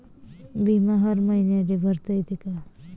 बिमा हर मईन्याले भरता येते का?